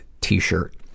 t-shirt